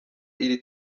iri